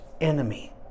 enemy